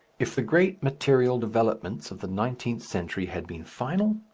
if the great material developments of the nineteenth century had been final,